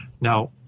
Now